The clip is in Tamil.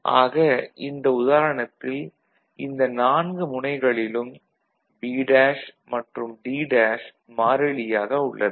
ஆக இந்த உதாரணத்தில் இந்த நான்கு முனைகளிலும் B' மற்றும் D' மாறிலியாக உள்ளது